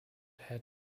had